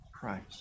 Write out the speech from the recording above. Christ